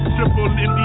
Triple